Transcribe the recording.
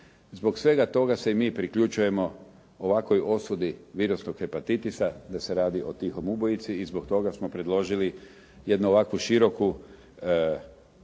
Zbog svega toga se mi priključujemo ovakvoj osudi virusnog hepatitisa da se radi o tihom ubojici i zbog toga smo predložili jednu ovakvu široku